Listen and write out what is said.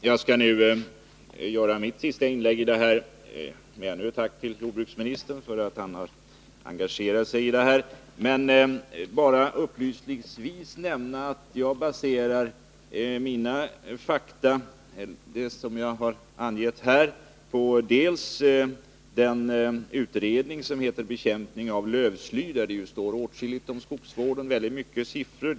Herr talman! Jag skall nu göra mitt sista inlägg i den här debatten och riktar ännu ett tack till jordbruksministern för att han har engagerat sig. Jag vill bara upplysningsvis nämna att jag delvis har baserat de uppgifter jag har angett här på den utredning som heter Bekämpning av lövsly, som ju innehåller åtskilligt om skogsvård och väldigt mycket siffror.